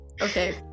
Okay